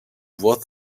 voz